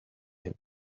him